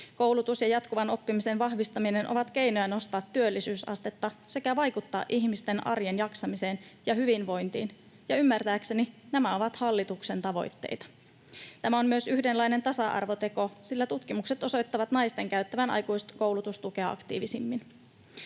Koulutus ja jatkuvan oppimisen vahvistaminen ovat keinoja nostaa työllisyysastetta sekä vaikuttaa ihmisten arjen jaksamiseen ja hyvinvointiin, ja ymmärtääkseni nämä ovat hallituksen tavoitteita. Tämä on myös yhdenlainen tasa-arvoteko, sillä tutkimukset osoittavat naisten käyttävän aikuiskoulutustukea aktiivisimmin.